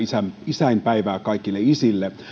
isäinpäivää kaikille isille